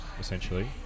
essentially